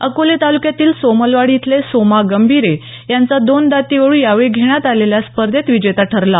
अकोले तालुक्यातील सोमलवाडी इथले सोमा गंभीरे यांचा दोन दाती वळू यावेळी घेण्यात आलेल्या स्पर्धेत विजेता ठरला